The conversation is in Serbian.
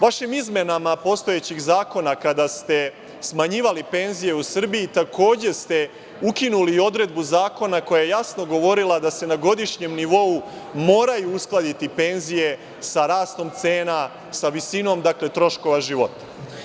Vašim izmenama postojećeg zakona, kada ste smanjivali penzije u Srbiji, takođe ste ukinuli i odredbu zakona koja je jasno govorila da se na godišnjem nivou moraju uskladiti penzije sa rastom cena, sa visinom troškova života.